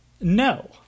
no